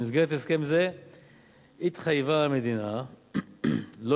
במסגרת הסכם זה התחייבה המדינה לא